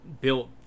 built